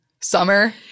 summer